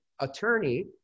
attorney